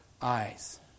eyes